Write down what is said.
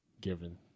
given